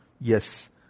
Yes